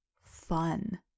fun